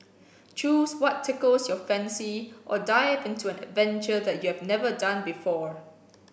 choose what tickles your fancy or dive into an adventure that you have never done before